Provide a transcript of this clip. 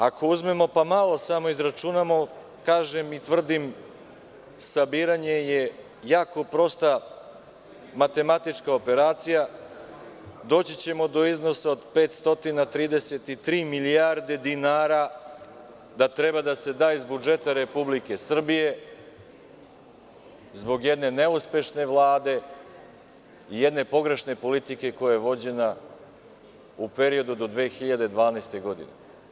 Ako uzmemo pa malo samo izračunamo, kažem i tvrdim, sabiranje je jako prosta matematička operacija, doći ćemo do iznosa od 533 milijarde dinara, da treba da se da iz budžeta Republike Srbije zbog jedne neuspešne Vlade i jedne pogrešne politike koja je vođena u periodu do 2012. godine.